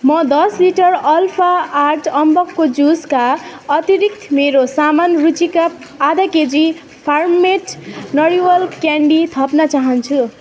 म दस लिटर अल्फा आर्ट अम्बकको जुसका अतिरिक्त मेरो सामान सूचीमा आधा केजी फार्म मेड नरिवल क्यान्डी थप्न चाहन्छु